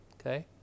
Okay